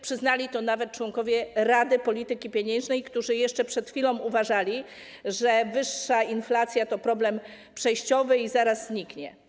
Przyznali to nawet członkowie Rady Polityki Pieniężnej, którzy jeszcze przed chwilą uważali, że wyższa inflacja to problem przejściowy i zaraz zniknie.